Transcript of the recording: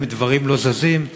אם דברים לא זזים,